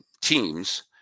teams